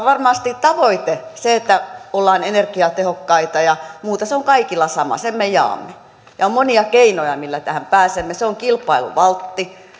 varmasti tavoite eli se että ollaan energiatehokkaita ja muuta on kaikilla sama sen me jaamme ja on monia keinoja joilla tähän pääsemme se on kilpailuvaltti